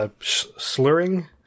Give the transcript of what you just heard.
slurring